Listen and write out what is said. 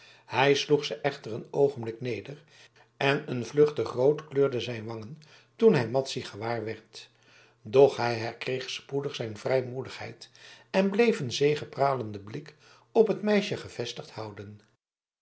hij sloeg ze echter een oogenblik neder en een vluchtig rood kleurde zijn wangen toen hij madzy gewaarwerd doch hij herkreeg spoedig zijn vrijmoedigheid en bleef een zegepralenden blik op het meisje gevestigd houden